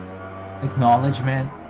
acknowledgement